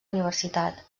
universitat